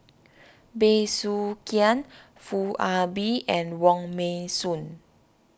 Bey Soo Khiang Foo Ah Bee and Wong Meng soon